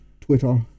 Twitter